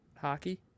hockey